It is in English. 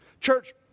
Church